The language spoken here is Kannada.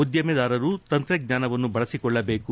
ಉದ್ಯಮೆದಾರರು ತಂತ್ರಜ್ವಾನವನ್ನು ಬಳಸಿಕೊಳ್ಳಬೇಕು